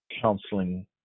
counseling